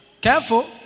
Careful